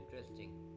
interesting